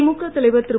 திமுக தலைவர் திரு